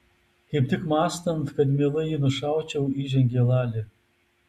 kaip tik mąstant kad mielai jį nušaučiau įžengė lali